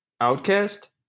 Outcast